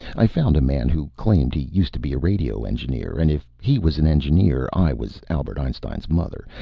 i found a man who claimed he used to be a radio engineer. and if he was an engineer, i was albert einstein's mother,